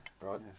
right